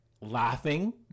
laughing